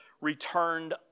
returned